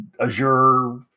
Azure